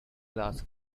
glass